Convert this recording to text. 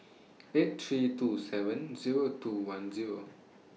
eight three two seven Zero two one Zero